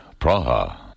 Praha